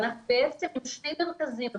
אנחנו בעצם שני מרכזים,